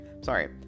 sorry